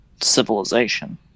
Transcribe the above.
civilization